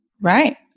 Right